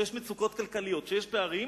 כשיש מצוקות כלכליות וכשיש פערים,